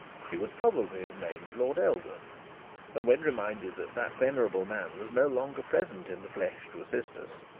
she would probably have named lord eldon and when reminded that that venerable man was no longer present in the flesh to assist us,